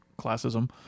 classism